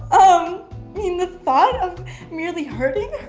um i mean the thought of merely hurting